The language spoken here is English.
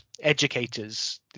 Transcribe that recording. educators